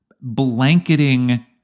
blanketing